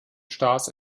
stars